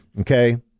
Okay